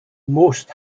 most